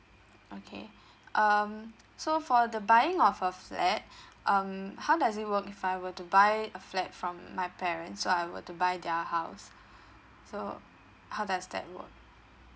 okay um so for the buying of a flat um how does it work if I were to buy a flat from my parent so I were to buy their house so how does that work